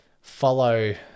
follow